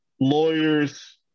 lawyers